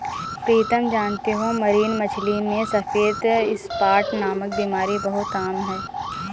प्रीतम जानते हो मरीन मछली में सफेद स्पॉट नामक बीमारी बहुत आम है